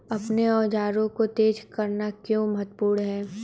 अपने औजारों को तेज करना क्यों महत्वपूर्ण है?